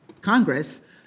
Congress